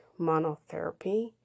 monotherapy